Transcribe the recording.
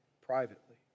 privately